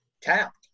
tapped